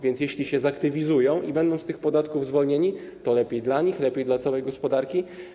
Więc jeśli się zaktywizują i będą z tych podatków zwolnieni, to lepiej dla nich, lepiej dla całej gospodarki.